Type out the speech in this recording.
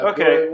Okay